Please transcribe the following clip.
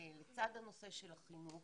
לצד הנושא של החינוך